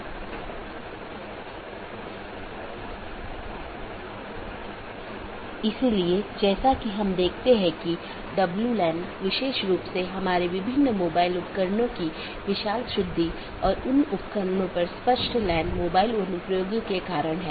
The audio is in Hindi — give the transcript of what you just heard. और एक ऑटॉनमस सिस्टम एक ही संगठन या अन्य सार्वजनिक या निजी संगठन द्वारा प्रबंधित अन्य ऑटॉनमस सिस्टम से भी कनेक्ट कर सकती है